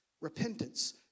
repentance